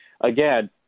again